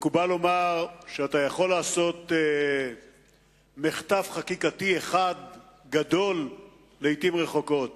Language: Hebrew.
מקובל לומר שאתה יכול לעשות מחטף חקיקתי אחד גדול לעתים רחוקות